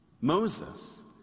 Moses